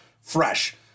fresh